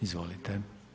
Izvolite.